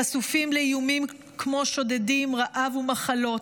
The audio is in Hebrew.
חשופים לאיומים כמו שודדים, רעב ומחלות.